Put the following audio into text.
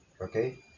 Okay